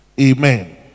Amen